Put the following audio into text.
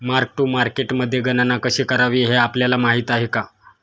Mark to मार्केटमध्ये गणना कशी करावी हे आपल्याला माहित आहे का?